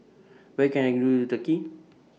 Where Can I Do The Turkey